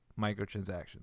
microtransactions